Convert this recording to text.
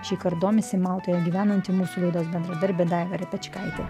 šįkart domisi maltoje gyvenanti mūsų laidos bendradarbė daiva repečkaitė